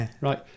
Right